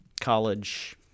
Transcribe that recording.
college—